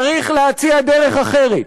צריך להציע דרך אחרת,